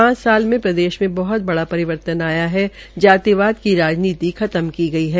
पांच साल में प्रदेश में बहत बड़ा परिवर्तन आया है जातिबाद की राजनीति खत्म हो गई है